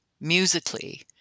musically